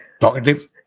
talkative